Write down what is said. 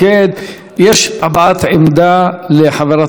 יש הבעת עמדה לחברת הכנסת יעל גרמן,